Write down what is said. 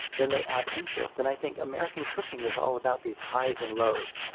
then they add interest and i think american cooking is all about these highs and lows.